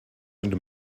and